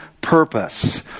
purpose